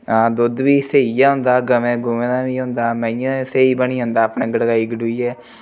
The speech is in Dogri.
दुद्ध बी स्हेई ऐ होंदा गवें गुवें दा बी होंदा मेंहियें दा बी स्हेई बनी जंदा अपनै गड़काई गुड़कुइयै